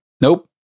Nope